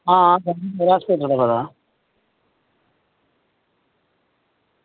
हां हास्पिटल दा पता